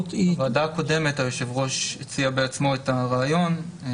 בוועדה הקודמת היושב-ראש הציע בעצמו את הרעיון.